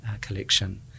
collection